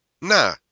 Nah